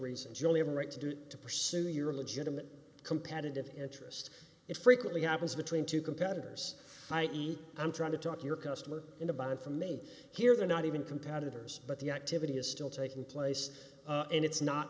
reasons you only have a right to do to pursue your legitimate competitive interest it frequently happens between two competitors i e i'm trying to talk your customer into buying from me here they're not even competitors but the activity is still taking place and it's not